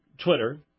Twitter